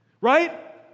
Right